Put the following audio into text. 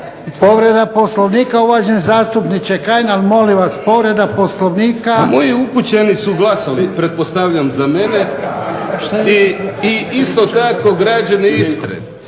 Povreda Poslovnika, uvaženi zastupniče Kajin, ali molim vas povreda Poslovnika. **Kajin, Damir (IDS)** Moji ukućani su glasali, pretpostavljam za mene i isto tako građani Istre.